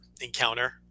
encounter